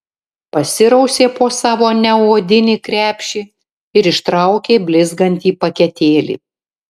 pasirausė po savo neodinį krepšį ir ištraukė blizgantį paketėlį